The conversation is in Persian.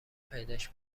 پیداش